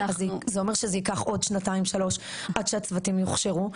זה אומר שזה ייקח עוד שנתיים-שלוש עד שהצוותים יוכשרו.